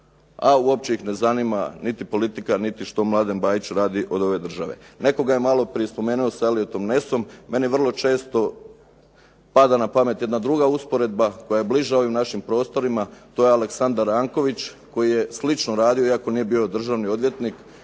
a uopće ih ne zanima niti politika, niti što Mladen Bajić radi od ove države. Netko ga je malo prije spomenuo sa Elliotom Nessom. Meni vrlo često pada na pamet jedna druga usporedba koja je bliža ovim našim prostorima. To je Aleksandar Ranković koji je slično radio iako nije bio državni odvjetnik.